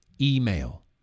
email